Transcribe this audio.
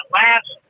last